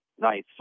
nice